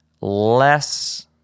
less